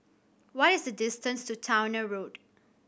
what is the distance to Towner Road